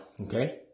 okay